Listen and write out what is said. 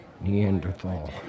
neanderthal